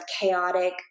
chaotic